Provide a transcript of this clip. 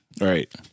Right